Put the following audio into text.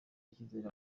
icyizere